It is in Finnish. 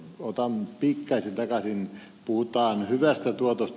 otan pikkaisen takaisin puhutaan hyvästä tuotosta